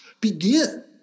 begin